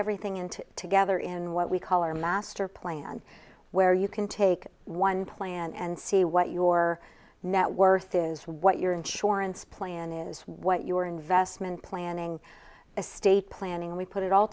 everything into together in what we call our master plan where you can take one plan and see what your net worth is what your insurance plan is what your investment planning estate planning we put it all